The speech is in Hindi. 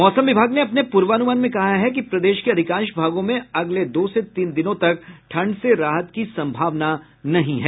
मौसम विभाग ने अपने पूर्वानुमान में कहा है कि प्रदेश के अधिकांश भागों में अगले दो से तीन दिनों तक ठंड से राहत की संभावना नहीं है